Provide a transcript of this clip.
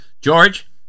George